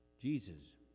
Jesus